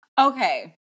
okay